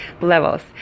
levels